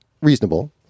reasonable